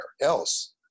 else